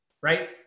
right